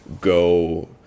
go